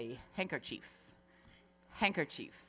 a handkerchief handkerchief